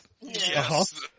Yes